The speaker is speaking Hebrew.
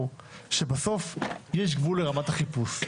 לומר שבסוף יש גבול לרמת החיפוש.